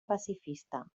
pacifista